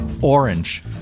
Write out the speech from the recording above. orange